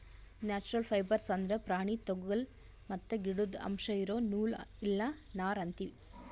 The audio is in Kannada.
ನ್ಯಾಚ್ಛ್ರಲ್ ಫೈಬರ್ಸ್ ಅಂದ್ರ ಪ್ರಾಣಿ ತೊಗುಲ್ ಮತ್ತ್ ಗಿಡುದ್ ಅಂಶ್ ಇರೋ ನೂಲ್ ಇಲ್ಲ ನಾರ್ ಅಂತೀವಿ